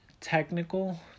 technical